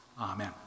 amen